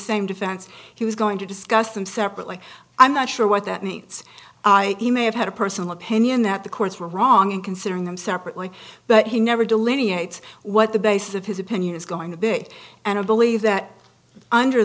same defense he was going to discuss them separately i'm not sure what that means i emailed had a personal opinion that the courts were wrong in considering them separately but he never delineates what the basis of his opinion is going to big and i believe that under